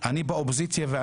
אני באופוזיציה,